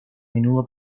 menudo